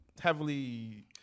heavily